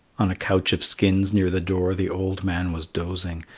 on a couch of skins near the door the old man was dozing,